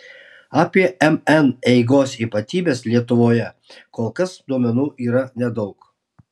apie mn eigos ypatybes lietuvoje kol kas duomenų yra nedaug